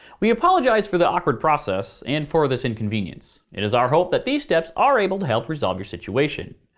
we apologize for the awkward process, and for this inconvenience. it is our hope that these steps are able to help resolve your situation.